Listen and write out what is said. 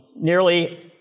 nearly